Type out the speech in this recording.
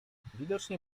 widocznie